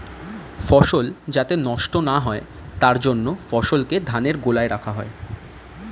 ফসল যাতে নষ্ট না হয় তার জন্য ফসলকে ধানের গোলায় রাখা হয়